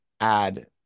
add